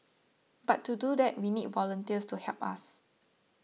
but to do that we need volunteers to help us